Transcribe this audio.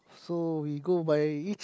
so we go by each